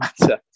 matter